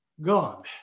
God